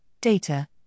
data